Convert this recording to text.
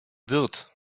wirt